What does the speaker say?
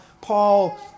Paul